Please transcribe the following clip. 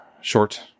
short